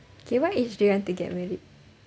okay what age do you want to get married